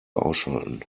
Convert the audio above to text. ausschalten